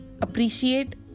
appreciate